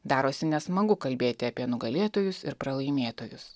darosi nesmagu kalbėti apie nugalėtojus ir pralaimėtojus